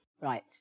Right